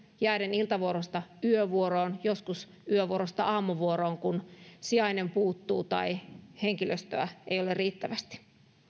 jääden iltavuorosta yövuoroon joskus yövuorosta aamuvuoroon kun sijainen puuttuu tai henkilöstöä ei ole riittävästi